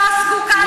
אתה זוכר,